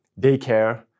daycare